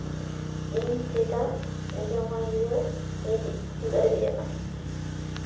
ᱤᱧ ᱪᱮᱫ ᱡᱚᱢᱟᱜ ᱤᱧ ᱤᱫᱤ ᱫᱟᱲᱮᱭᱟᱜᱼᱟ